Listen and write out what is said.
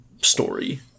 story